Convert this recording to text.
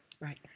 Right